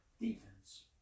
defense